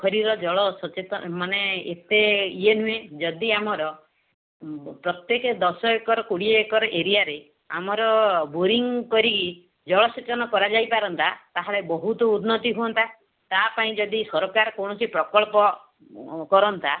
ପୋଖରୀର ଜଳ ସେଚନ ମାନେ ଏତେ ଇଏ ନୁହେଁ ଯଦି ଆମର ପ୍ରତ୍ୟେକ ଦଶ ଏକର କୋଡ଼ିଏ ଏକର ଏରିଆରେ ଆମର ବୋରିଙ୍ଗ୍ କରିକି ଜଳସେଚନ କରାଯାଇପାରନ୍ତା ତାହେଲେ ବହୁତ ଉନ୍ନତି ହୁଅନ୍ତା ତା ପାଇଁ ଯଦି ସରକାର କୌଣସି ପ୍ରକଳ୍ପ କରନ୍ତା